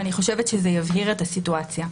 ואני חושבת שזה יבהיר את הסיטואציה.